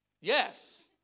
Yes